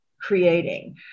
creating